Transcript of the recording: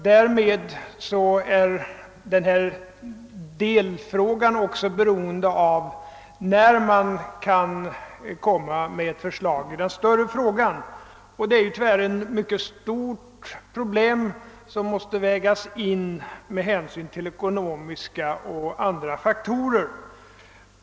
Därmed är denna delfråga också beroende av när ett förslag kan läggas fram i den större frågan. Det är tyvärr ett mycket stort problem som måste vägas in med hänsyn till ekonomiska och andra faktorer.